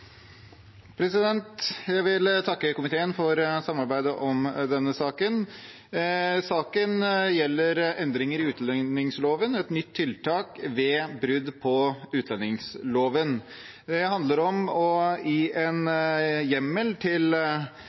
Saken gjelder endringer i utlendingsloven, nytt tiltak ved brudd på utlendingsloven. Det handler om å gi en hjemmel til